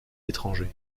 étrangers